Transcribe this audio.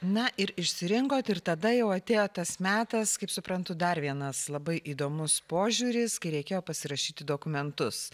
na ir išsirinkot ir tada jau atėjo tas metas kaip suprantu dar vienas labai įdomus požiūris kai reikėjo pasirašyti dokumentus